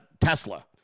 Tesla